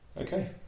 Okay